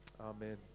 amen